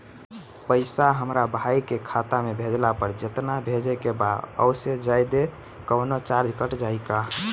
पैसा हमरा भाई के खाता मे भेजला पर जेतना भेजे के बा औसे जादे कौनोचार्ज कट जाई का?